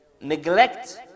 neglect